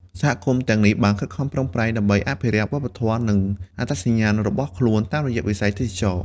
សហគមន៍ទាំងនេះបានខិតខំប្រឹងប្រែងដើម្បីអភិរក្ស វប្បធម៌ និងអត្តសញ្ញាណរបស់ខ្លួនតាមរយៈវិស័យទេសចរណ៍។